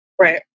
right